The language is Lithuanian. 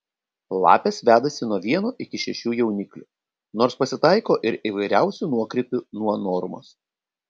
lapės vedasi nuo vieno iki šešių jauniklių nors pasitaiko ir įvairiausių nuokrypių nuo normos